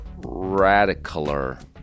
radicaler